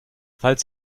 falls